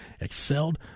excelled